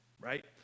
right